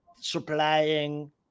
supplying